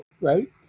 right